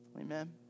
Amen